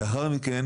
לאחר מכן